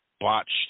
botched